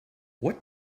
what